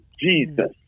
Jesus